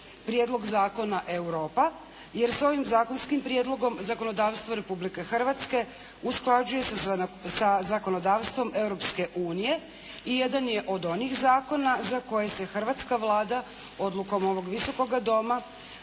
prijedlog zakona Europa jer se ovim zakonskim prijedlogom zakonodavstvo Republike Hrvatske usklađuje se sa zakonodavstvom Europske unije i jedan je od onih Zakona za koje se hrvatska Vlada odlukom ovoga Visokoga doma